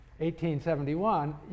1871